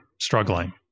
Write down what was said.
struggling